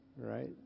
right